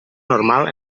normal